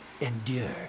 Endure